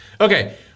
Okay